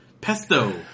Pesto